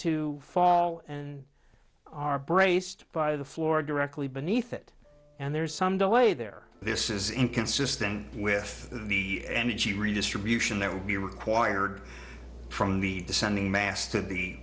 to fall and are braced by the floor directly beneath it and there is some delay there this is inconsistent with the energy redistribution that would be required from the descending mas